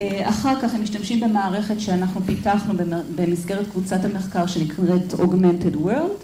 ‫אחר כך הם משתמשים במערכת ‫שאנחנו פיתחנו במסגרת קבוצת המחקר ‫שנקראת Augmented World.